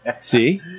See